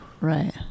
Right